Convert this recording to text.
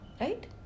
Right